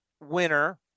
winner